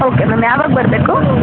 okay ma'am ಯಾವಾಗ ಬರಬೇಕು